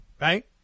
right